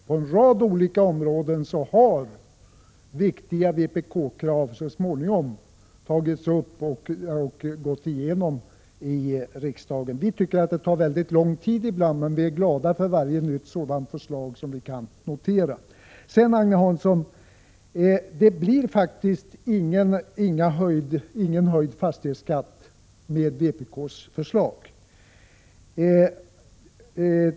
På en rad olika områden har viktiga vpk-krav så småningom tagits upp och gått igenom i kammaren. Vi tycker att det tar väldigt lång tid ibland, men vi är glada varje gång vi kan notera att våra förslag behandlats på detta sätt. Det blir faktiskt ingen höjd fastighetsskatt enligt vpk:s förslag, Agne Prot. 1986/87:123 Hansson.